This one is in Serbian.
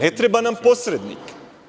Ne treba nam posrednik.